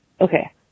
Okay